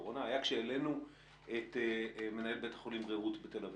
הקורונה היה כשהעלינו את מנהל בית החולים רעות בתל אביב.